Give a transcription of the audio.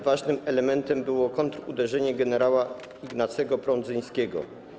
Ważnym elementem było kontruderzenie gen. Ignacego Prądzyńskiego.